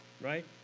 right